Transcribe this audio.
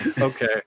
Okay